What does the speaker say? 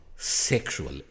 Sexual